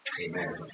Amen